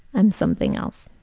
i'm something else.